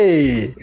hey